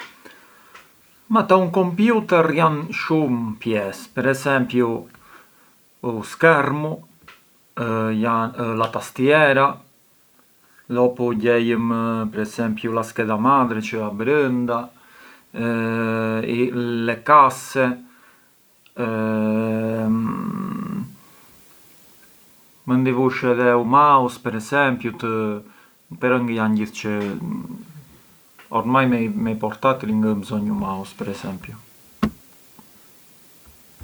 Ma te un computer jan shumë pjesë, per esempiu ë u schermu, jan la tastiera, dopu gjejëm per esempiu la scheda madre çë ë abrënda, le casse, mënd i vush edhe u mouse per esempiu të… nani me i portatili ngë ë më mbzonjë u mouse per esempiu.